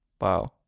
Wow